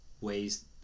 ways